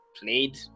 played